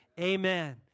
amen